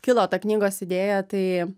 kilo ta knygos idėja tai